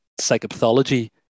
psychopathology